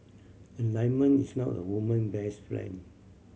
a diamond is not a woman best friend